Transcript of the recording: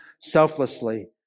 selflessly